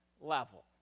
level